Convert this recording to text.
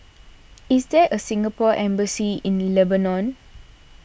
is there a Singapore Embassy in Lebanon